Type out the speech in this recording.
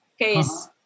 case